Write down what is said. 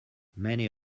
many